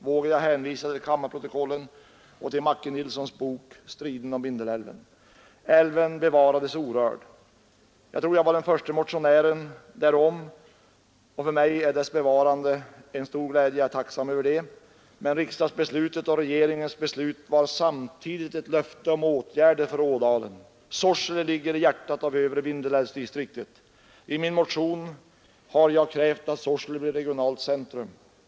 Vågar jag hänvisa till kammarprotokollen och till Macke Nilssons bok Striden om Vindelälven? Älven bevarades orörd. Såsom förste motionär om dess bevarande är jag tacksam och glad över det, men riksdagsbeslutet och regeringens beslut var samtidigt ett löfte om åtgärder för ådalen. Sorsele ligger i hjärtat av övre Vindelälvsdistriktet. I min motion har jag krävt att Sorsele skall bli ett regionalt centrum.